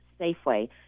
safeway